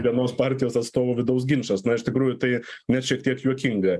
vienos partijos atstovų vidaus ginčas na iš tikrųjų tai net šiek tiek juokinga